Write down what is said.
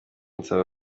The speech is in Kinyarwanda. nsaba